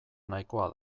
nahikoa